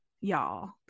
y'all